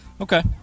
Okay